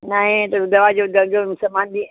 नहीं तो दवा जो दर्जन सामान लिए